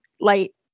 light